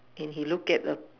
and he look at the